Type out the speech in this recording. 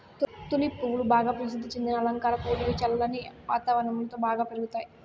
tulip పువ్వులు బాగా ప్రసిద్ది చెందిన అలంకార పువ్వులు, ఇవి చల్లని వాతావరణం లో బాగా పెరుగుతాయి